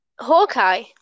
Hawkeye